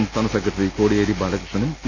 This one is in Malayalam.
സംസ്ഥാന സെക്രട്ടറി കൊടിയേരി ബാലകൃഷ്ണനും സി